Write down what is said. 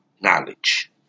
knowledge